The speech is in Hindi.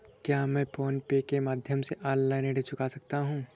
क्या मैं फोन पे के माध्यम से ऑनलाइन ऋण चुका सकता हूँ?